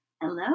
hello